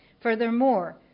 Furthermore